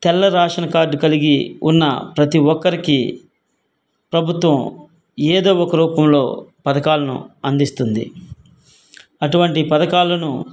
తెల్ల ration card కలిగి ఉన్న ప్రతి ఒక్కరికి ప్రభుత్వం ఏదో ఒక రూపంలో పథకాలను అందిస్తుంది అటువంటి పథకాలను